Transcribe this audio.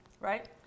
right